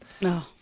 No